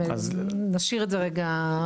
נשאיר את זה רגע.